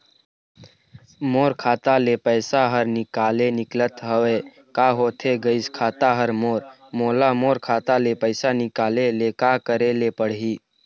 मोर खाता ले पैसा हर निकाले निकलत हवे, का होथे गइस खाता हर मोर, मोला मोर खाता ले पैसा निकाले ले का करे ले पड़ही?